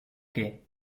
que